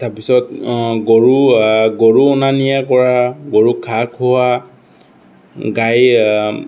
তাৰ পিছত গৰু গৰু অনা নিয়া কৰা গৰুক ঘাঁহ খোওৱা গাই